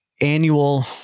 annual